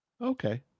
Okay